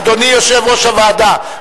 אדוני יושב-ראש הוועדה,